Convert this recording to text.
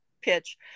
pitch